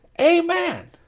Amen